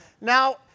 Now